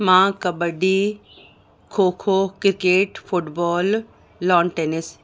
मां kabaddi kho kho cricket football lawn tennis